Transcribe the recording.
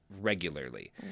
regularly